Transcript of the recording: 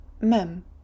mem